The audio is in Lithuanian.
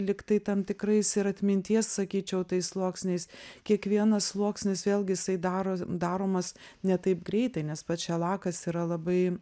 lygtai tam tikrais ir atminties sakyčiau tais sluoksniais kiekvienas sluoksnis vėlgi jisai daro daromas ne taip greitai nes pats šelakas yra labai